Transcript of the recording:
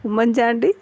Oommen Chandy